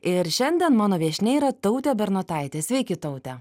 ir šiandien mano viešnia yra tautė bernotaitė sveiki taute